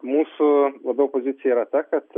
mūsų labiau pozicija yra ta kad